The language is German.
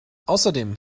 außerdem